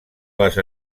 les